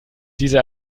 diese